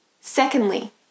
Secondly